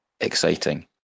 exciting